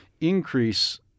increase